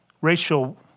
Rachel